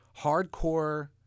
hardcore